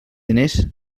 diners